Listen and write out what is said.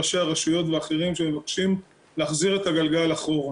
ראשי הרשויות ואחרים שמבקשים להחזיר את הגלגל אחורה.